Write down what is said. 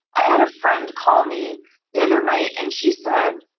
i had a friend call me the other night and she said,